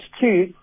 two